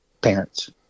parents